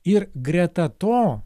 ir greta to